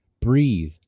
breathe